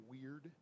weird